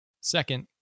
Second